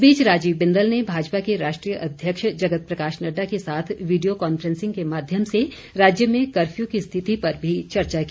इस बीच राजीव बिंदल ने भाजपा के राष्ट्रीय अध्यक्ष जगत प्रकाश नड्डा के साथ वीडियो कॉनफ्रेंसिंग के माध्यम से राज्य में कर्फ्यू की स्थिति पर भी चर्चा की